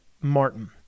Martin